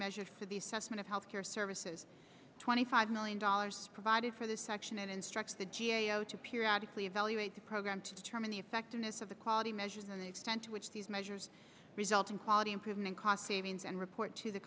measures to the assessment of health care services twenty five million dollars provided for the section it instructs the g a o to periodically evaluate the program to determine the effectiveness of the quality measures and the extent to which these measures result in quality improvement cost savings and report to the